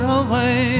away